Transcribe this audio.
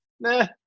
nah